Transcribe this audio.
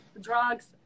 drugs